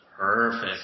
Perfect